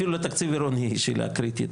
אפילו לתקציב העירוני היא שאלה קריטית.